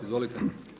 Izvolite.